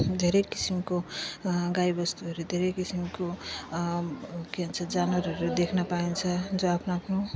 धेरै किसिमको गाईबस्तुहरू धेरै किसिमको के भन्छ जनावरहरू देख्न पाइन्छ जो आफ्नो आफ्नो